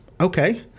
Okay